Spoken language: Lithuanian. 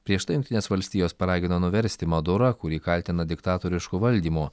prieš tai jungtinės valstijos paragino nuversti madurą kurį kaltina diktatorišku valdymu